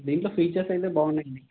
దీంట్లో ఫీచర్స్ అయితే బాగున్నాయి అండి